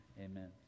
amen